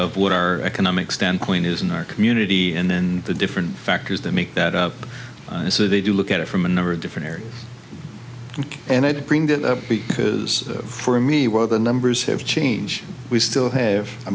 of what our economic standpoint is in our community and then the different factors that make that up so they do look at it from a number of different areas and i bring that up because for me while the numbers have changed we still have a